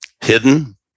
hidden